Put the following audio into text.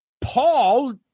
Paul